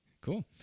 Cool